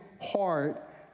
heart